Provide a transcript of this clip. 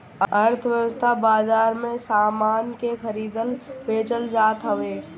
अर्थव्यवस्था बाजार में सामान के खरीदल बेचल जात हवे